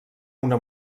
una